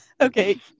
Okay